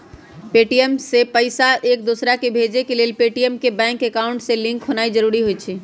Paytm से पईसा एकदोसराकेँ भेजे लेल पेटीएम के बैंक अकांउट से लिंक होनाइ जरूरी होइ छइ